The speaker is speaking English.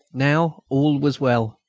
now all was well.